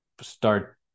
start